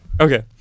Okay